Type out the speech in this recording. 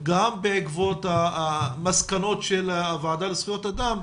גם בעקבות המסקנות של הוועדה הבינלאומית לזכויות אדם,